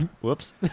whoops